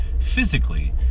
physically